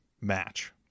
match